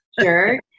Sure